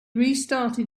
restarted